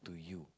to you